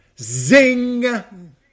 zing